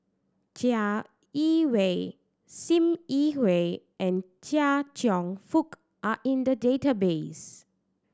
Chai Yee Wei Sim Yi Hui and Chia Cheong Fook are in the database